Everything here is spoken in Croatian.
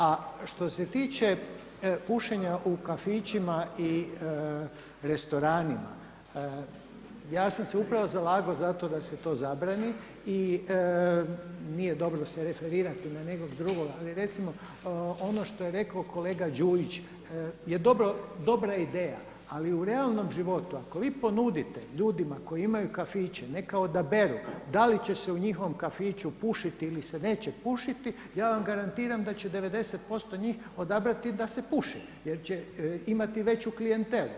A što se tiče pušenja u kafićima i restoranima, ja sam se upravo zalagao za to da se to zabrani i nije dobro referirati se na nekog drugog, ali recimo ono što je rekao kolega Đujić je dobra ideja, ali u realnom životu ako vi ponudite ljudima koji imaju kafiće neka odaberu da li će se u njihovom kafiću pušiti ili se neće pušiti, ja vam garantiram da će 90% njih odabrati da se puši jer će imati veću klijentelu.